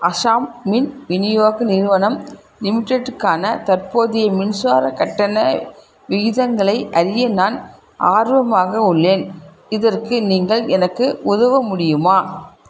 அஸ்ஸாம் மின் விநியோக நிறுவனம் லிமிட்டெடுக்கான தற்போதைய மின்சாரக் கட்டண விகிதங்களை அறிய நான் ஆர்வமாக உள்ளேன் இதற்கு நீங்கள் எனக்கு உதவ முடியுமா